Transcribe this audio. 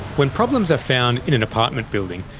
when problems found in an apartment building,